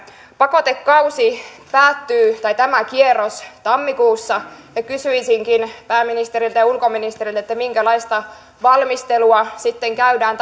pakotekausi päättyy tämä kierros tammikuussa ja kysyisinkin pääministeriltä ja ulkoministeriltä minkälaista valmistelua sitten käydään